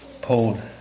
pulled